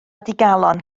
digalon